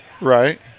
Right